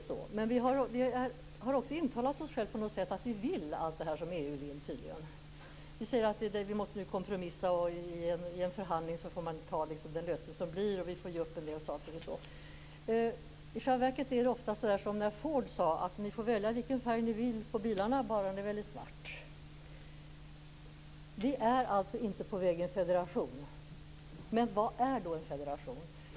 Men tydligen har vi också intalat oss att vi vill allt detta som EU vill. Vi säger att vi måste kompromissa, att man i en förhandling får ta den lösning som blir, att vi får ge upp en del saker osv. I själva verket är det som när Ford sade att ni får välja vilken färg ni vill på bilarna, bara ni väljer svart. Vi är alltså inte på väg mot en federation. Men vad är då en federation?